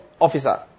officer